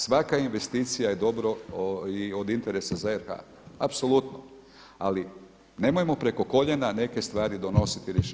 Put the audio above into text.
Svaka investicije je dobro i od interesa za RH apsolutno, ali nemojmo preko koljena neke stvari donositi i rješavati.